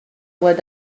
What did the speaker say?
what